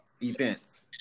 events